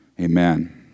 amen